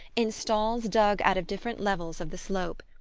in stalls dug out of different levels of the slope.